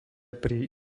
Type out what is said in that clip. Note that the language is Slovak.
pri